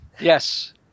Yes